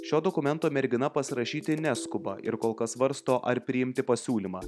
šio dokumento mergina pasirašyti neskuba ir kol kas svarsto ar priimti pasiūlymą